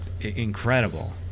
incredible